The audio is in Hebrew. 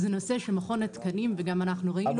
זה נושא שמכון התקנים וגם אנחנו ראינו פה